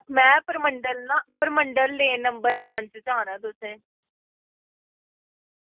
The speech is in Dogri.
में परमंडल ना परमंडल लेन नंबर पंज च आना तुसें